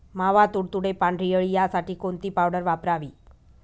मावा, तुडतुडे, पांढरी अळी यासाठी कोणती पावडर वापरावी?